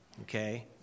Okay